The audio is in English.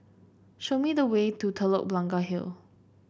show me the way to Telok Blangah Hill